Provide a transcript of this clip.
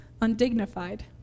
undignified